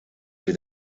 with